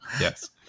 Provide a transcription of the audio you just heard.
Yes